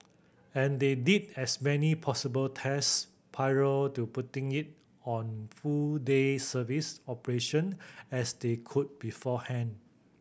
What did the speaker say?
and they did as many possible test prior to putting it on full day service operation as they could beforehand